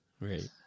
Right